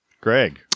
Greg